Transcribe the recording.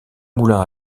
moulins